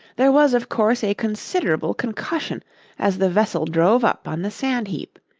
there was of course a considerable concussion as the vessel drove up on the sand heap.